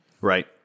right